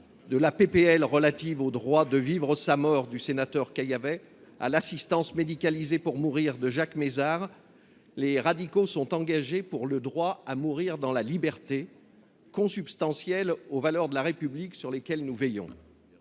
de loi relative au droit de vivre sa mort du sénateur Caillavet à la proposition de loi relative à l’assistance médicalisée pour mourir de Jacques Mézard, les radicaux sont engagés pour le droit à mourir dans la liberté, consubstantiel aux valeurs de la République sur lesquelles nous veillons.